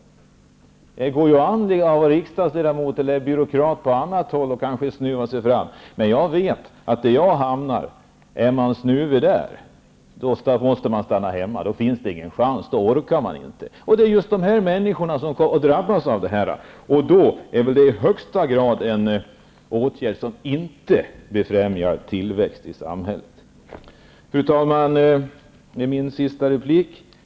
Det går an att snuva sig fram som riksdagsledamot eller som byråkrat, men jag vet att om den som är snuvig där jag kommer att hamna, måste stanna hemma. Den personen har ingen möjlighet att arbeta, för det orkar han inte. Det är sådana människor som kommer att drabbas av detta. Det gäller i högsta grad en åtgärd som inte befrämjar tillväxt i samhället. Fru talman! Detta är min sista replik.